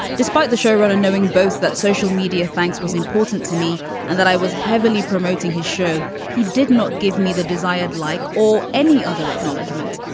despite the showrunner knowing both that social media thanks was important to me and that i was heavily promoting his show he did not give me the desired like or any other acknowledgement.